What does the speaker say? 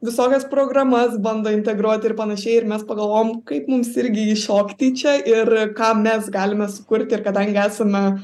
visokias programas bando integruoti ir panašiai ir mes pagalvojom kaip mums irgi įšokti į čia ir ką mes galime sukurti ir kadangi esame